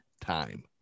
time